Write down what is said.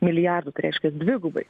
milijardų tai reiškias dvigubai